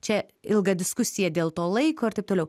čia ilga diskusija dėl to laiko ir taip toliau